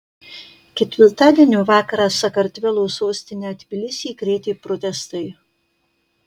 ketvirtadienio vakarą sakartvelo sostinę tbilisį krėtė protestai